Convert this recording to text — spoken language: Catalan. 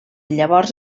llavors